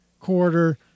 quarter